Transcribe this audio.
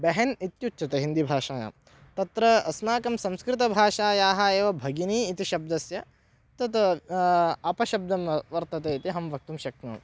बेहन् इत्युच्यते हिन्दीभाषायां तत्र अस्माकं संस्कृतभाषायाः एव भगिनी इति शब्दस्य तत् अपशब्दं वर्तते इति अहं वक्तुं शक्नोमि